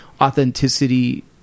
authenticity